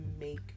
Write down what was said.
make